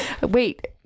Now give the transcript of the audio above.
Wait